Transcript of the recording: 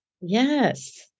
Yes